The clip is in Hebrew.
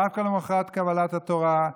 דווקא למוחרת קבלת התורה,